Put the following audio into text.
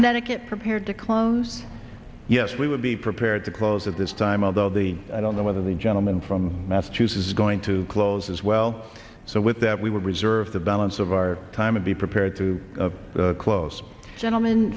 connecticut prepared to close yes we would be prepared to close at this time of though the i don't know whether the gentleman from massachusetts is going to close as well so with that we would reserve the balance of our time and be prepared to the close gentleman